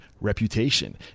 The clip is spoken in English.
reputation